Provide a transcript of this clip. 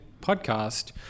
podcast